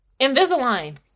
Invisalign